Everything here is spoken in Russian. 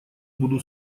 буду